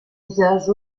usage